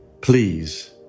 please